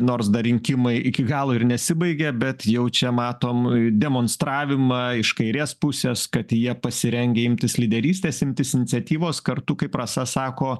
nors dar rinkimai iki galo ir nesibaigė bet jau čia matom demonstravimą iš kairės pusės kad jie pasirengę imtis lyderystės imtis iniciatyvos kartu kaip rasa sako